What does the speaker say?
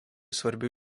svarbių